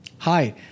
Hi